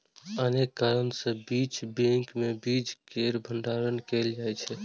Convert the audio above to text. अनेक कारण सं बीज बैंक मे बीज केर भंडारण कैल जाइ छै